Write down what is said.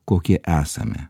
kokie esame